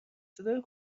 صدای